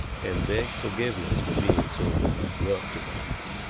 and begged forgiveness for being so abrupt about it.